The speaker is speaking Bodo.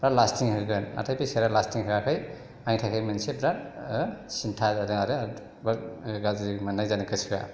बिराथ लास्टिं होगोन नाथाय बे सेयारा लास्टिं होयाखै आंनि थाखाय मोनसे बिराथ सिन्था जादों आरो ब्राथ गाज्रि मोन्नाय जादों गोसोया